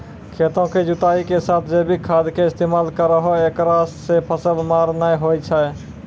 खेतों के जुताई के साथ जैविक खाद के इस्तेमाल करहो ऐकरा से फसल मार नैय होय छै?